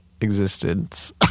existence